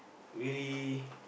really